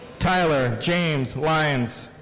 tyler james lyons.